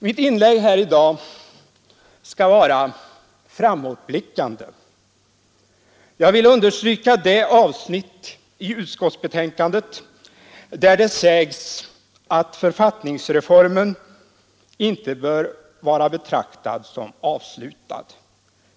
Mitt inlägg här i dag skall vara framåtblickande. Jag vill understryka det avsnitt i utskottsbetänkandet där det s att författningsreformen inte bör betraktas som avslutad.